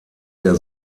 der